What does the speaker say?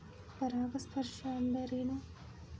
ಪರಾಗಸ್ಪರ್ಶ ಅಂದರೇನು?